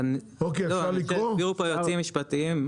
הסבירו פה היועצים המשפטיים,